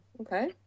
okay